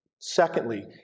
Secondly